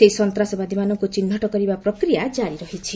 ସେହି ସନ୍ତାସବାଦୀମାନଙ୍କୁ ଚିହ୍ନଟ କରିବା ପ୍ରକ୍ରିୟା ଜାରି ରହିଛି